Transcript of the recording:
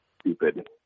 stupid